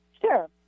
Sure